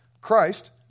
Christ